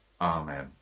Amen